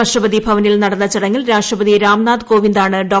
രാഷ്ട്രപതി ഭവനിൽ നടന്ന ചടങ്ങിൽ രാഷ്ട്രപതി രാംനാഥ് കോവിന്ദാണ് ഡോ